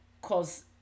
cause